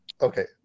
okay